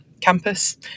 campus